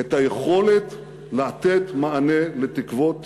את היכולת לתת מענה לתקוות